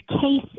Case